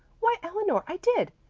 why, eleanor, i did.